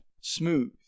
smooth